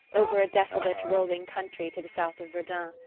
over a desolate rolling country to the south of verdun.